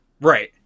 Right